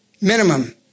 minimum